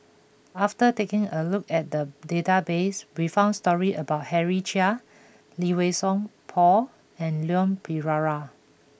after taking a look at the database we found stories about Henry Chia Lee Wei Song Paul and Leon Perera